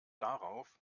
darauf